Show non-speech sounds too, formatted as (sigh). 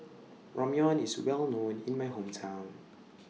Ramyeon IS Well known in My Hometown (noise)